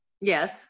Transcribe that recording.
Yes